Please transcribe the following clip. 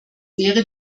wäre